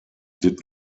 did